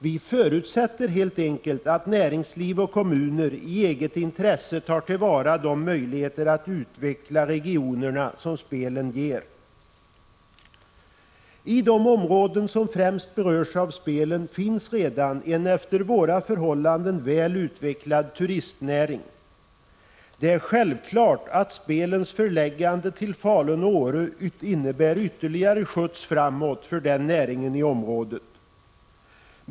Vi förutsätter helt enkelt att näringsliv och kommuner i eget intresse tar till vara de möjligheter att utveckla regionerna som spelen ger. I de områden som främst berörs av spelen finns redan en efter våra förhållanden väl utvecklad turistnäring. Det är självklart att spelens förläggande till Falun och Åre innebär en ytterligare skjuts framåt för denna näring i området.